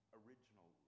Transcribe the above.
original